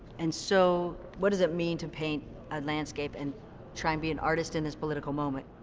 and so, what does it mean to paint a landscape and try and be an artist in this political moment?